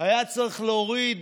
היה צריך להוריד